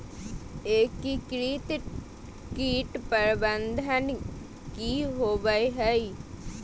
एकीकृत कीट प्रबंधन की होवय हैय?